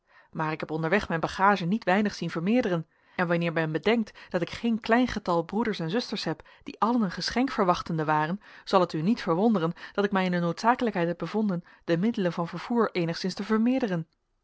maar ik heb onderweg mijn bagage niet weinig zien vermeerderen en wanneer men bedenkt dat ik geen klein getal broeders en zusters heb die allen een geschenk verwachtende waren zal het u niet verwonderen dat ik mij in de noodzakelijkheid heb bevonden de middelen van vervoer eenigszins te vermeerderen